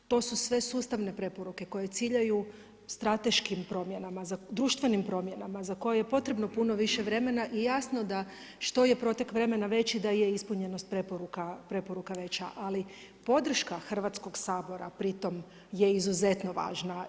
To su sve sustavne preporuke koje ciljaju strateškim promjenama, društvenim promjenama za koje je potrebno puno više vremena i jasno da što je protek vremena veći da je ispunjenost preporuka veća, ali podrška Hrvatskog sabora pritom je izuzetno važna.